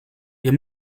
wir